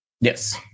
Yes